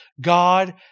God